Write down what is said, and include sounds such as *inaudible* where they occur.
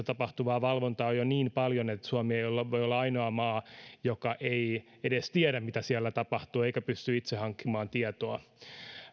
*unintelligible* tapahtuvaa valvontaa on jo niin paljon että suomi ei voi olla ainoa maa *unintelligible* *unintelligible* joka ei edes tiedä mitä siellä tapahtuu eikä pysty itse hankkimaan tietoa